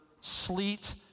sleet